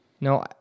No